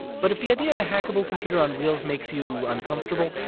but if the idea of a hackable computer on wheels makes you uncomfortable,